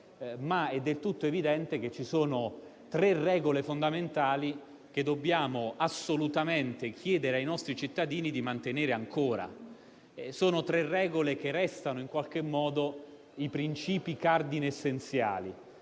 ma è del tutto evidente che ci sono tre regole fondamentali che dobbiamo assolutamente chiedere ai nostri cittadini di mantenere ancora. Sono tre regole che restano i principi cardine essenziali.